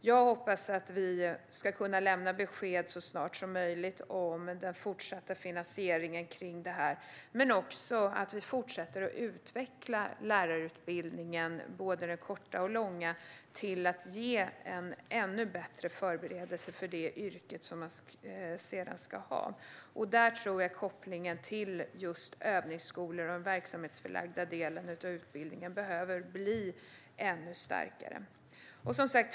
Jag hoppas att vi ska kunna lämna besked så snart som möjligt om den fortsatta finansieringen kring det här och att vi fortsätter att utveckla lärarutbildningen, både den korta och långa, till att ge en ännu bättre förberedelse för det yrke som man sedan ska ha. Där tror jag att kopplingen till just övningsskolor och den verksamhetsförlagda delen av utbildningen behöver bli ännu starkare.